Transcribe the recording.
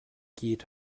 geht